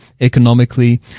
economically